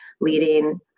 leading